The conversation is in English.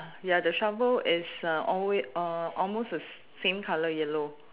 ya the shovel is uh always uh almost the same colour yellow